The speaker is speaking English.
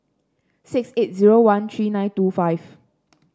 six eight zero one three nine two five